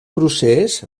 procés